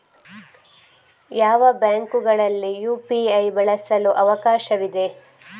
ಯಾವ ಬ್ಯಾಂಕುಗಳಲ್ಲಿ ಯು.ಪಿ.ಐ ಬಳಸಲು ಅವಕಾಶವಿದೆ?